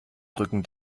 drücken